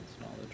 knowledge